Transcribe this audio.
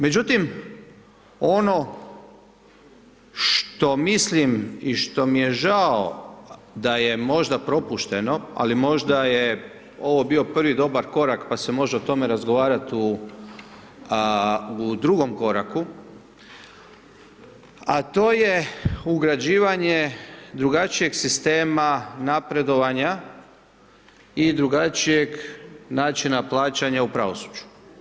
Međutim, ono što mislim i što mi je žao da je možda propušteno, ali možda je ovo bio prvi dobar korak, pa se može o tome razgovarat u drugom koraku, a to je ugrađivanje drugačijeg sistema napredovanja i drugačijeg načina plaćanja u pravosuđu.